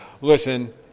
Listen